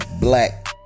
black